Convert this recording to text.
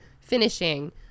finishing